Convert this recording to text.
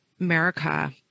America